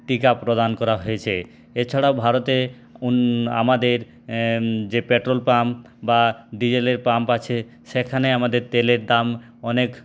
টিকা প্রদান করা হয়েছে এছাড়াও ভারতে আমাদের যে পেট্রোল পাম্প বা ডিজেলের পাম্প আছে সেখানে আমাদের তেলের দাম অনেক